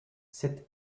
cette